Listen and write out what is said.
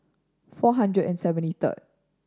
four hundred and seventy third